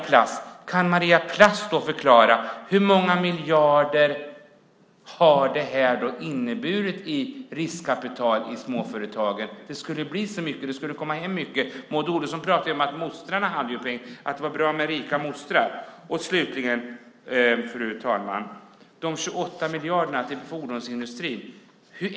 Kan Maria Plass förklara hur många miljarder detta har inneburit i riskkapital i småföretagen? Det skulle bli så mycket; det skulle komma in mycket. Maud Olofsson talade om att det var bra med rika mostrar. Slutligen, fru talman, gäller det de 28 miljarderna till fordonsindustrin.